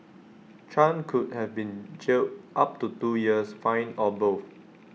chan could have been jailed up to two years fined or both